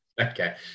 Okay